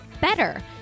better